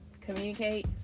communicate